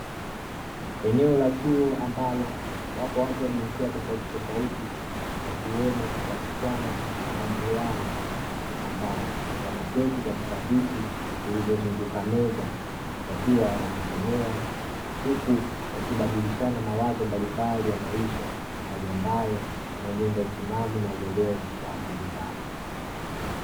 Eneo la chuo ambalo wapo watu wa jinsia tofauti tofauti wakiwemo wasichana na mvulana .ambao wameketi katika viti vilivyozunguka meza wakiwa wanajisomea huku wakibadilishana mawazo mbalimbali ya maisha, hali ambayo inajenga utimamu na uwelewa wa akili zao